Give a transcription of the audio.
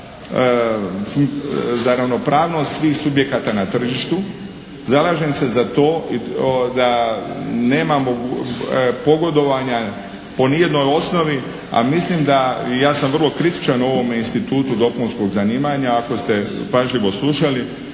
za ravnopravnost svih subjekata na tržištu, zalažem se za to da nemamo pogodovanja po ni jednoj osnovi, a mislim da ja sam vrlo kritičan u ovome institutu dopunskog zanimanja, ako ste pažljivo slušali.